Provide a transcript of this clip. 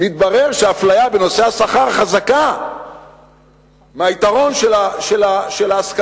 מתברר שהאפליה בנושא השכר חזקה מהיתרון של ההשכלה,